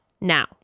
Now